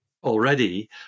already